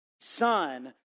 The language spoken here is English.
son